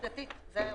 עובדתית זה האירוע.